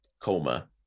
coma